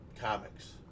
comics